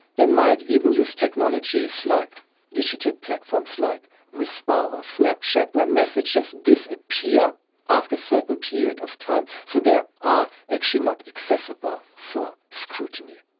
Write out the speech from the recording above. they might even use technologies like digital platforms like whisper or snapchat where messages disappear after a certain period of time. so they are actually not accessible for scrutiny.